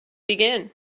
begin